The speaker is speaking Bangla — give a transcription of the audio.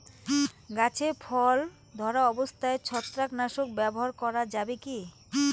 গাছে ফল ধরা অবস্থায় ছত্রাকনাশক ব্যবহার করা যাবে কী?